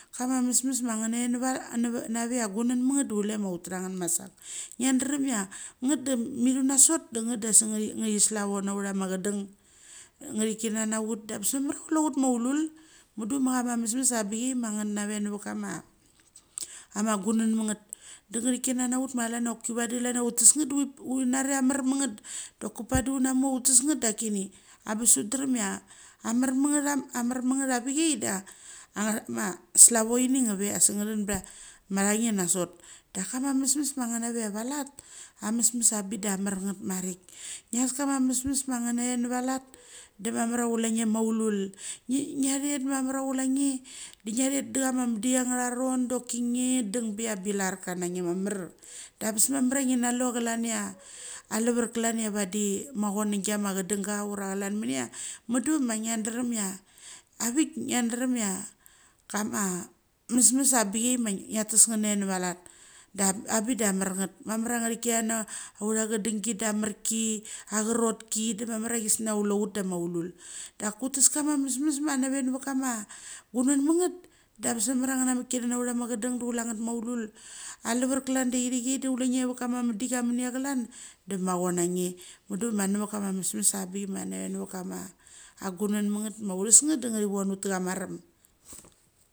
Kama mesmes ma nge nave neva chia guanan ma ngat duchule ma utha ngat masak, nge derem chia ngat da mithu nosat de ngat da se nge thi, nge thi slavo na autha ma chedang, nge chi chena na uth da angebes mamar hia kule chut machulul, mundie ma cha ma mesmes avangbichai ma nge nave nevet kama ama gunang ma ngat de nge chichina na ut ma klan chia vachi klan chia utes ngat de u chi nari chia amer me ngat doki vadi u na mu utes ngat dak kini angebes thut derem chia a mer me nge cha vichai da, anga thama slavoingi ngeve asik nge chan bacha nge nasot. Dak bama mesmes ma ngenave va lat, amesmes a bik ola amerngat marik. Ngias kama mesmes ma nge nave neva lat demamar chia chule nge maulul. Ngia thet de mamar chia kule nge de ngia thet de chama medik angatha ron doki nge deng be chia bilar ka na nge mamar. Da ngebes mamar chia ngi na lu klan chia alevar klan chia vadi macho nge giama chedenga ura klan mania mundu ma ngia derem chia avik ngia derem chia kama mesmes abichai ma ngia tes chedengi da marki, acha rot ki di mamar chi chisnas chulo chut da maulul. Dak utes kama mesmes nge ma kama gunang ma ngat da ngebes mamar chia nge na michina na autha chedeng de chule nget maulul. Alever klan da ithik chai de kule va kamu medik amania klan da macho nga nge mudu ma never. Kama mesmes abik ma nave nevek kama a gunan ma ngat ma utes ngat de nge chi von ut te chama rem.